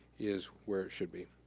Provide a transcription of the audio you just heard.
is where it should be.